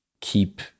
keep